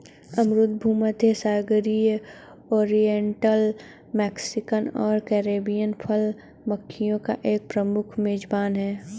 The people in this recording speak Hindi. अमरूद भूमध्यसागरीय, ओरिएंटल, मैक्सिकन और कैरिबियन फल मक्खियों का एक प्रमुख मेजबान है